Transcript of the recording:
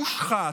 מושחת,